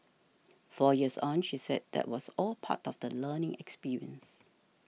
four years on she said that was all part of the learning experience